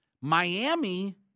Miami